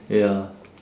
ya